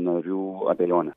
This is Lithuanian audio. narių abejonę